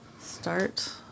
start